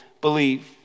believe